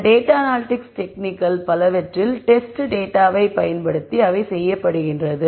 இந்த data analytics டெக்னிக்கள் பலவற்றில் டெஸ்ட் டேட்டாவைப் பயன்படுத்தி அவை செய்யப்படுகிறது